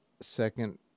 second